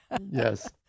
Yes